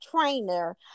trainer